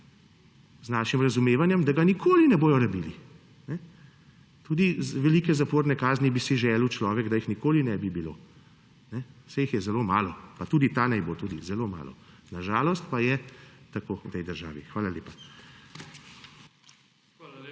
z našim razumevanjem, da ga nikoli ne bodo rabili. Tudi velike zaporne kazni, bi si želel človek, da jih nikoli ne bi bilo. Saj jih je zelo malo. Pa tudi te naj bo tudi zelo malo. Na žalost pa je tako v tej državi. Hvala lepa.